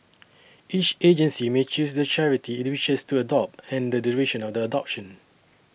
each agency may choose the charity it wishes to adopt and the duration of the adoption